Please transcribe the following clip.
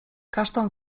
kasztan